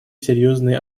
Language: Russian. серьезные